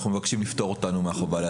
אנחנו מבקשים לפטור אותנו מהחובה להציג.